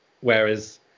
whereas